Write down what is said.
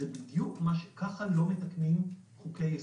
בדיוק כך לא מתקנים חוקי-יסוד.